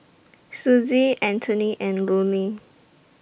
Sussie Antony and Lonie